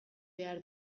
behar